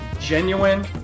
genuine